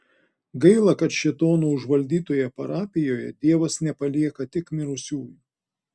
gaila kad šėtono užvaldytoje parapijoje dievas nepalieka tik mirusiųjų